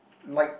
like